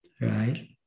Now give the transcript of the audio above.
right